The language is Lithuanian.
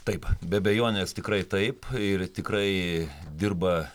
taip be abejonės tikrai taip ir tikrai dirba